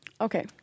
Okay